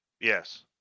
Yes